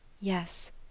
Yes